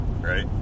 right